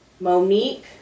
Monique